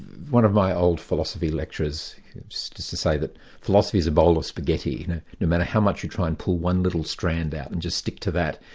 one of my old philosophy lecturers used to say that philosophy is a bowl of spaghetti no matter how much you try and pull one little strand out and just stick to that,